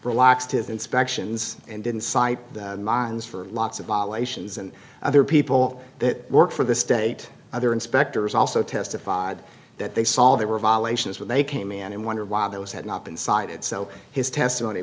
relaxed his inspections and didn't cite the mines for lots of violations and other people that work for the state other inspectors also testified that they saw there were violations when they came in and wondered why those had not been cited so his testimony